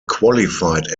qualified